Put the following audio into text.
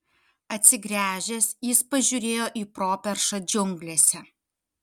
atsigręžęs jis pažiūrėjo į properšą džiunglėse